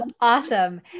Awesome